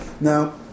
Now